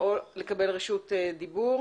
או לקבל רשות דיבור.